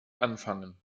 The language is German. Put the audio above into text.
anfangen